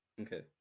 Okay